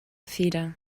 feder